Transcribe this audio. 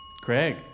Craig